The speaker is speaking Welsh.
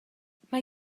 mae